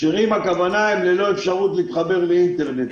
כשרים הכוונה שהם ללא אפשרות להתחבר לאינטרנט,